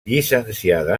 llicenciada